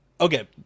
Okay